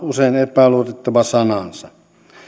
usein epäluotettava sanansa